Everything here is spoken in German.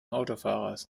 autofahrers